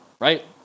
Right